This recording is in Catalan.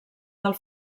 del